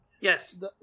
Yes